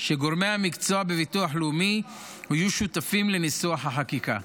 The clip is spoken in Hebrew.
שגורמי המקצוע בביטוח לאומי יהיו שותפים לניסוח החקיקה.